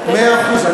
מאה אחוז.